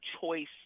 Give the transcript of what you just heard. choice